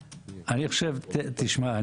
תשמע,